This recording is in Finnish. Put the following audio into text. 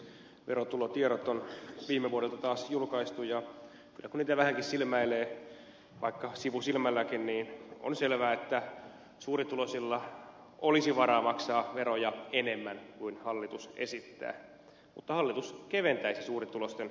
verotulotiedot on viime vuodelta taas julkaistu ja kyllä kun niitä vähänkin silmäilee vaikka sivusilmälläkin on selvää että suurituloisilla olisi varaa maksaa veroja enemmän kuin hallitus esittää mutta hallitus keventäisi suurituloisten verotusta